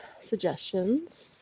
suggestions